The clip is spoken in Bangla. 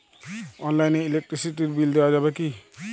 অনলাইনে ইলেকট্রিসিটির বিল দেওয়া যাবে কিভাবে?